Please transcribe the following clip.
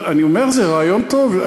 אני אומר: זה רעיון טוב.